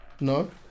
No